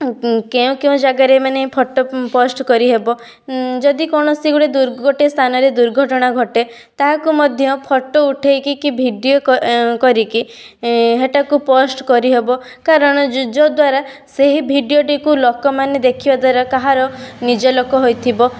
କେଉଁ କେଉଁ ଜାଗାରେ ମାନେ ଫଟୋ ପୋଷ୍ଟ କରିହେବ ଯଦି କୌଣସି ଗୋଟେ ଦୁର୍ଘ ଗୋଟେ ସ୍ଥାନରେ ଦୁର୍ଘଟଣା ଘଟେ ତାହାକୁ ମଧ୍ୟ ଫଟୋ ଉଠାଇକି କି ଭିଡ଼ିଓ କ କରିକି ହେଟାକୁ ପୋଷ୍ଟ କରି ହେବ କାରଣ ଯ ଦ୍ଵାରା ସେହି ଭିଡ଼ିଓଟି କୁ ଲୋକମାନେ ଦେଖିବା ଦ୍ଵାରା କାହାର ନିଜ ଲୋକ ହୋଇଥିବ